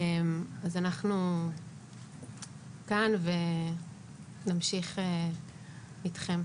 אז אנחנו כאן ונמשיך אתכם.